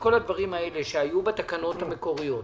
שיתקיימו כל הדברים שהיו בתקנות המקוריות,